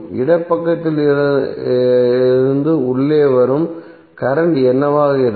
இடப்பக்கத்திலிருந்து உள்ளே வரும் கரண்ட் என்னவாக இருக்கும்